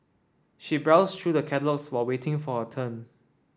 she browsed through the catalogues while waiting for her turn